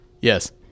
Yes